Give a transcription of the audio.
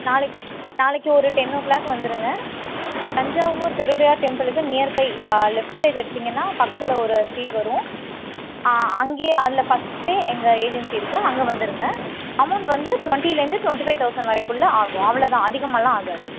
நாளைக்கு நாளைக்கு ஒரு டென் ஓ கிளாக் வந்திருங்க தஞ்சாவூர் பெருவுடையார் டெம்புளுக்கு நியர்பை லெஃப்ட் சைடு எடுத்திங்கன்னால் பக்கத்தில் ஒரு ஸ்ட்ரீட் வரும் அங்கையே அதில் ஃபஸ்ட்டே எங்கள் ஏஜென்சி இருக்குது அங்கே வந்துடுங்க அமௌண்ட் வந்து டுவெண்ட்டிலேருந்து டுவெண்ட்டி ஃபைவ் தொளசண்ட் வரைக்குள்ளே ஆகும் அவ்வளோ தான் அதிகமாகலாம் ஆகாது